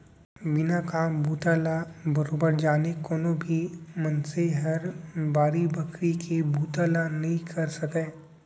बिना काम बूता ल बरोबर जाने कोनो भी मनसे हर बाड़ी बखरी के बुता ल नइ करे सकय